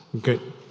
good